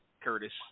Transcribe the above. Curtis